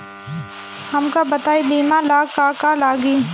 हमका बताई बीमा ला का का लागी?